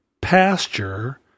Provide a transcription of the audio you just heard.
pasture